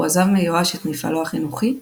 הוא עזב מיואש את מפעלו החינוכי,